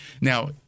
Now